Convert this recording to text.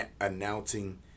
announcing